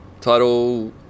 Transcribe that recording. Title